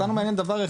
אותנו מעניין דבר אחד.